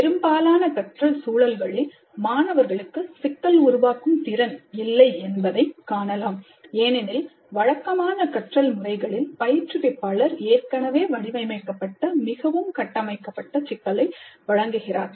பெரும்பாலான கற்றல் சூழல்களில் மாணவர்களுக்கு சிக்கல் உருவாக்கும் திறன் இல்லை என்பதைக் காணலாம் ஏனெனில் வழக்கமான கற்றல் முறைகளில் பயிற்றுவிப்பாளர் ஏற்கனவே வடிவமைக்கப்பட்ட மிகவும் கட்டமைக்கப்பட்ட சிக்கலை வழங்குகிறார்